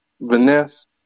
Vanessa